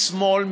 שמאל,